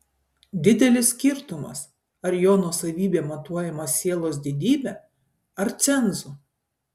didelis skirtumas ar jo nuosavybė matuojama sielos didybe ar cenzu